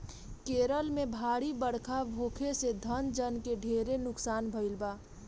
केरल में भारी बरखा होखे से धन जन के ढेर नुकसान भईल बा